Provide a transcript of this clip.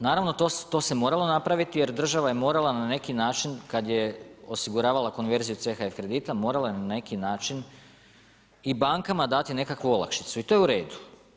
Naravno, to se moralo napraviti jer država je morala na neki način kad je osiguravala konverziju CHF kredita, morala je na neki način i bankama dati nekakvu olakšicu i to je u redu.